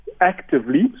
actively